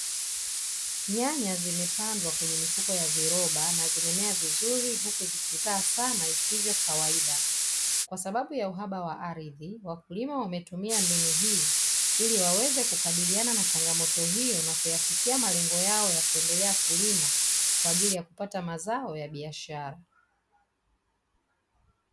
Nyanya zimepandwa kwenye mifuko ya viroba, na zimemea vizuri huku zikizaa sana isivyo kawaida, kwa sababu ya uhaba wa ardhi wakulima wametumia mbinu hii ili waweze kukabiliana na changamoto hiyo na kuyafikia malengo yao ya kuendelea kulima kwa ajili ya kupata mazao ya biashara.